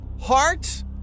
Heart